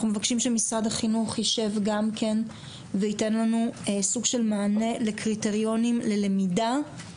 אנחנו מבקשים שמשרד החינוך יישב וייתן לנו קריטריונים לקבלת